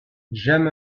j’aime